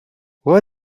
what